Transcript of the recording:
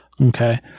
Okay